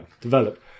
develop